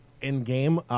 in-game